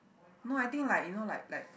no I think like you know like like